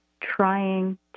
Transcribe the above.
trying